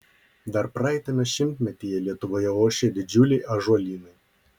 dar praeitame šimtmetyje lietuvoje ošė didžiuliai ąžuolynai